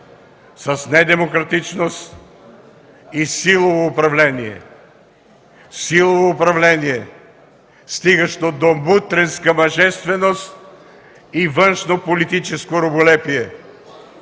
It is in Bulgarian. с недемократичност и силово управление – силово управление, стигащо до мутренска мъжественост и външнополитическо раболепие!